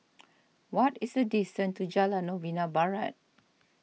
what is the distance to Jalan Novena Barat